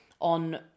on